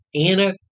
Anna